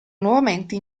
nuovamente